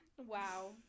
wow